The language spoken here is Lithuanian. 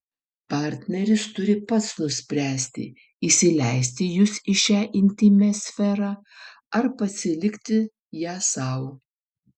partneris turi pats nuspręsti įsileisti jus į šią intymią sferą ar pasilikti ją sau